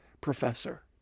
professor